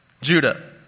Judah